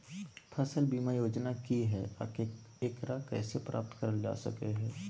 फसल बीमा योजना की हय आ एकरा कैसे प्राप्त करल जा सकों हय?